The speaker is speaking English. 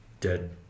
dead